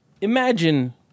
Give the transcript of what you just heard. imagine